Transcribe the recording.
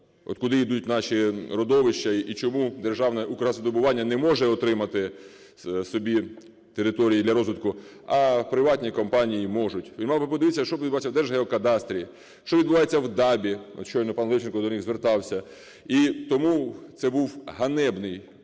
от куди йдуть наші родовища і чому державне "Укргазвидобування" не може отримати собі території для розвитку, а приватні компанії можуть. Він мав би подивитися, що відбувається в Держгеокадастрі, що відбувається в ДАБІ, от щойно пан Левченко до них звертався. І тому це був ганебний